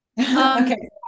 okay